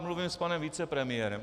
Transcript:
Mluvím s panem vicepremiérem.